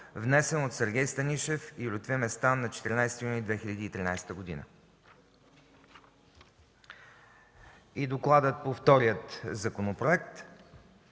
внесен от Сергей Станишев и Лютви Местан на 14 юни 2013 г.” Докладът по втория законопроект: